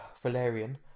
Valerian